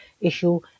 issue